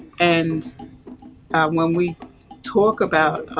and when we talk about